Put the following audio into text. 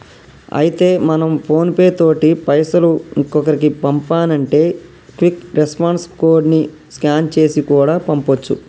అయితే మనం PhonePe తోటి పైసలు ఇంకొకరికి పంపానంటే క్విక్ రెస్పాన్స్ కోడ్ ని స్కాన్ చేసి కూడా పంపొచ్చు